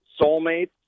soulmates